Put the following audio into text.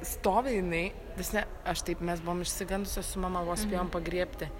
stovi jinai vis ne aš taip mes buvom išsigandusios su mama vos spėjom pagriebti